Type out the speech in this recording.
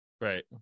right